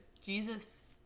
Jesus